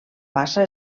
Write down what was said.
bassa